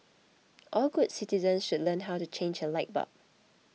all good citizens should learn how to change a light bulb